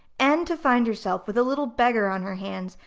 and to find herself with a little beggar on her hands,